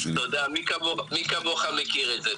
תודה, מי כמוך מכיר את זה.